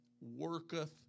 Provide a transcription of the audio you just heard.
worketh